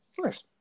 Nice